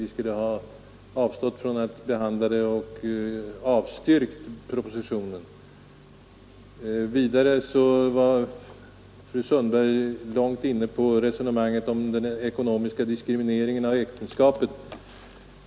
Vi skulle då ha avstyrkt propositionen och alltså avstått från att behandla den. Vidare var fru Sundberg länge inne på diskussioner om den ekonomiska diskrimineringen av äktenskapet.